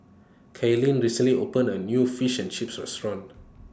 Kaylynn recently opened A New Fish and Chips Restaurant